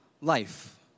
life